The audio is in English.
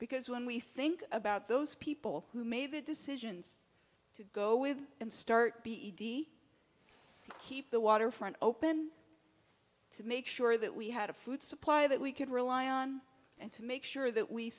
because when we think about those people who made the decisions to go in and start be easy to keep the waterfront open to make sure that we had a food supply that we could rely on and to make sure that we